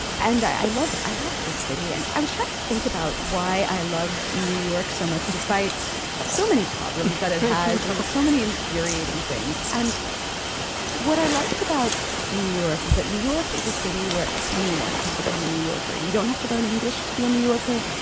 and i love. i love the city and i was trying to think about why i loved new york so much despite so many problems that it has like so many infuriating things. and what i liked about new york is that new york is a city where anyone can become a new yorker. you don't have to learn english to be a new yorker.